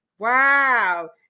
Wow